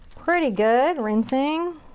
pretty good. rinsing.